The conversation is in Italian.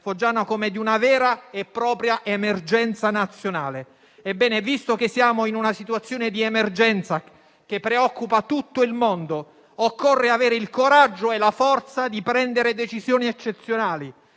foggiana come di una vera e propria emergenza nazionale. Ebbene, visto che siamo in una situazione di emergenza che preoccupa tutto il mondo, occorre avere il coraggio e la forza di prendere decisioni eccezionali,